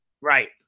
Right